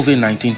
COVID-19